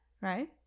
Right